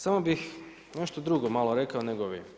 Samo bih nešto drugo malo rekao nego vi.